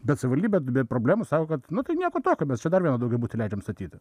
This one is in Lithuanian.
bet savivaldybė be problemų sako kad nu tai nieko tokio mes čia dar vineną daugiabutį leidžiam statyti